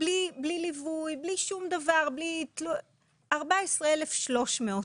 בלי ליווי ובלי שום דבר 14,300 ₪.